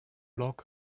log